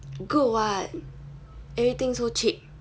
good [what] everything so cheap